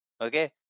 okay